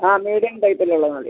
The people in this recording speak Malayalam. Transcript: ആ മീഡിയം ടൈപ്പിലുള്ളത് മതി